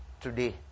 today